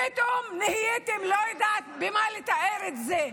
פתאום נהייתם, לא יודעת איך לתאר את זה.